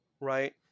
right